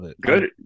good